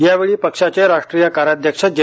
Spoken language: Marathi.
यावेळी पक्षाचे राष्ट्रीय कार्याध्यक्ष जे